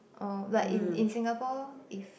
orh like in in Singapore if